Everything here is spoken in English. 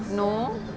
no